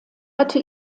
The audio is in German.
hatte